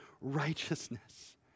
righteousness